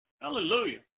Hallelujah